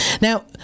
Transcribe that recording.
Now